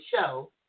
show